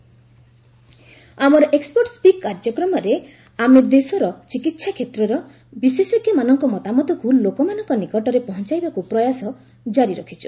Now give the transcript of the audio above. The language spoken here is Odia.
ଏକ୍ନପର୍ଟ ସ୍ୱିକ୍ ଆମର ଏକ୍ନପର୍ଟ ସ୍ୱିକ୍ କାର୍ଯ୍ୟକ୍ରମରେ ଆମେ ଦେଶର ଚିକିତ୍ସାକ୍ଷେତ୍ରର ବିଶେଷଜ୍ଞମାନଙ୍କ ମତାମତକୁ ଲୋକମାନଙ୍କ ନିକଟରେ ପହଞ୍ଚାଇବାକୁ ପ୍ରୟାସ ଜାରି ରଖିଛି